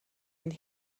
and